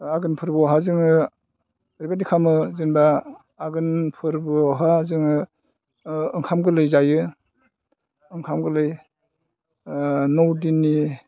आघोन फोरबोआवहाय जोङो ओरैबायदि खालामो जेनेबा आघोन फोरबोआवहाय जोङो ओंखाम गोरलै जायो ओंखाम गोरलै नौ दिननि